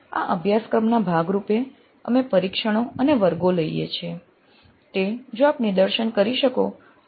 આ અભ્યાસક્રમના ભાગ રૂપે અમે પરીક્ષણો અને વર્ગો લઈએ છીએ તે જો આપ નિદર્શન કરી શકો તો અમે ખૂબ ખુશ થશું